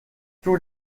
tous